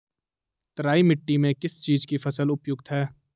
तराई मिट्टी में किस चीज़ की फसल उपयुक्त है?